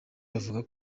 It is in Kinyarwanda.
bavuga